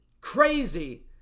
crazy